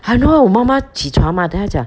!hannor! 我妈妈起床 mah then 她讲